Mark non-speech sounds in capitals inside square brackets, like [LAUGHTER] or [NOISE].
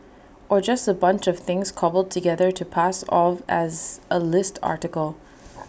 or just A bunch of things cobbled together to pass off as A list article [NOISE]